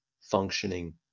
functioning